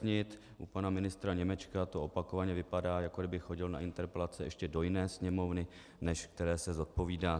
U pana ministra Němečka to opakovaně vypadá, jako kdyby chodil na interpelace ještě do jiné Sněmovny, než které se zodpovídá.